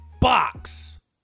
Box